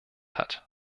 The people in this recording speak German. hat